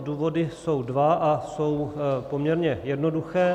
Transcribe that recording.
Důvody jsou dva a jsou poměrně jednoduché.